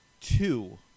two